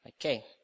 Okay